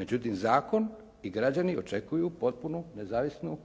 Međutim, zakon i građani očekuju potpunu nezavisnu